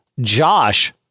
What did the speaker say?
Josh